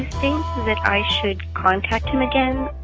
think that i should contact him again?